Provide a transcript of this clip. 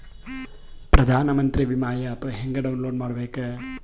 ಪ್ರಧಾನಮಂತ್ರಿ ವಿಮಾ ಆ್ಯಪ್ ಹೆಂಗ ಡೌನ್ಲೋಡ್ ಮಾಡಬೇಕು?